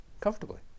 comfortably